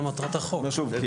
אני אומר שוב,